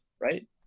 right